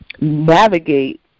navigate